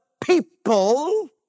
people